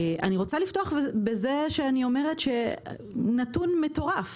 אני רוצה לפתוח בזה שאני אומרת נתון מטורף,